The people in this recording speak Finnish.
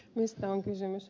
mistä on kysymys